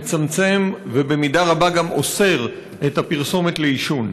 מצמצם ובמידה רבה גם אוסר את הפרסומת לעישון.